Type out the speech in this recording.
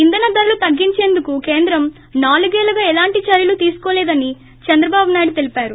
ఇంధన ధరలు తగ్గించేందుకు కేంద్రం నాలుగేళ్లుగా ఎలాంటి చర్యలు తీసుకోలేదని చంద్రబాబునాయుడు చెప్పారు